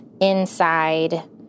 inside